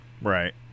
right